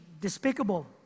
despicable